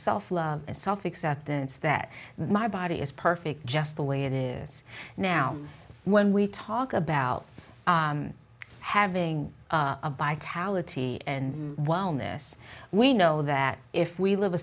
self love and self acceptance that my body is perfect just the way it is now when we talk about having a bike tallaght and wellness we know that if we live a